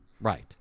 Right